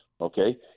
okay